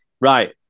Right